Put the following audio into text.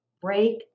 break